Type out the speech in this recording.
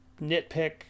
nitpick